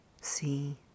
see